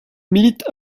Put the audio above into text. milite